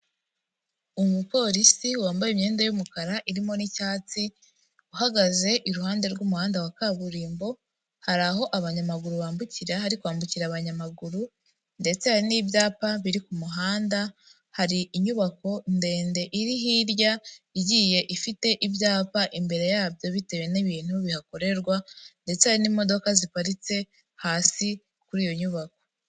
Umupolisi wambaye imyenda y'umukara irimo n'icyatsi, uhagaze iruhande rw'umuhanda wa kaburimbo, hari aho abanyamaguru bambukira hari kwambukira abanyamaguru ndetse hari n'ibyapa biri ku muhanda, hari inyubako ndende iri hirya, igiye ifite ibyapa imbere yabyo bitewe n'ibintu bihakorerwa ndetse hari n'imodoka ziparitse hasi kuri iyo nyubako.